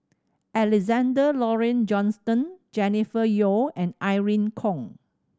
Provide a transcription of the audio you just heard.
Alexander Laurie Johnston Jennifer Yeo and Irene Khong